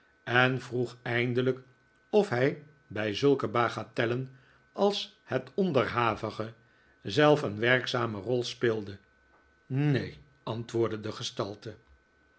en vroeg eindelijk of hij bij zulke bagatellen als het onderhavige zelf een werkzame rol speelde neen antwoordde de gestalte